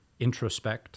introspect